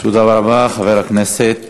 תודה רבה, חבר הכנסת.